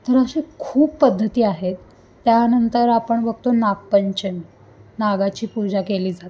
तर असे खूप पद्धती आहेत त्यानंतर आपण बघतो नागपंचमी नागाची पूजा केली जाते